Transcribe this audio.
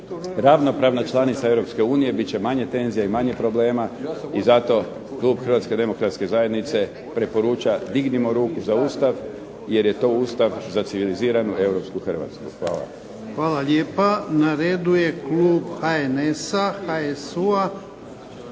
ravnopravna članica EU, bit će manje tenzija i manje problema i zato klub HDZ preporuča dignimo ruku za Ustav jer je to Ustav za civiliziranu, europsku Hrvatsku. Hvala.